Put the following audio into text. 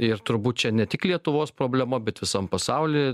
ir turbūt čia ne tik lietuvos problema bet visam pasauly